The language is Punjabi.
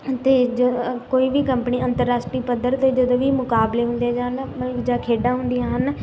ਅਤੇ ਜ ਕੋਈ ਵੀ ਕੰਪਨੀ ਅੰਤਰ ਰਾਸ਼ਟਰੀ ਪੱਧਰ 'ਤੇ ਜਦੋਂ ਵੀ ਮੁਕਾਬਲੇ ਹੁੰਦੇ ਹਨ ਮਤਲਬ ਕਿ ਜਾਂ ਖੇਡਾਂ ਹੁੰਦੀਆਂ ਹਨ